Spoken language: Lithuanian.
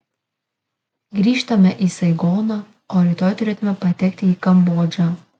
grįžtame į saigoną o rytoj turėtume patekti į kambodžą